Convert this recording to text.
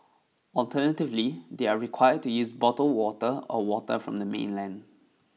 alternatively they are required to use bottled water or water from the mainland